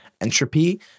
entropy